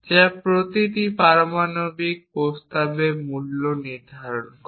যা প্রতিটি পারমাণবিক প্রস্তাবে মূল্যায়ন নির্ধারণ করে